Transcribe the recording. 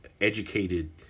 educated